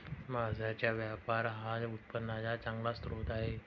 मांसाचा व्यापार हा उत्पन्नाचा चांगला स्रोत आहे